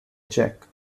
check